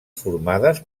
formades